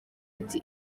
ati